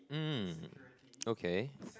hmm okay